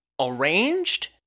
arranged